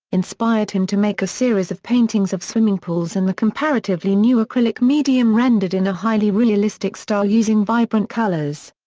inspired him to make a series of paintings of swimming pools in the comparatively new acrylic medium rendered in a highly realistic style using vibrant colours.